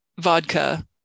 vodka